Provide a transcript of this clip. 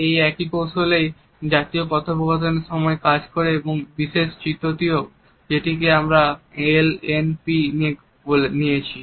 এই একই কৌশলেই জাতীয় কথোপকথনের সময় কাজ করে এবং এই বিশেষ চিত্রটিও যেটি আমি এল এন পি থেকে নিয়েছি